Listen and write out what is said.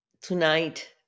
Tonight